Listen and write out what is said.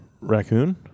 Raccoon